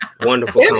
Wonderful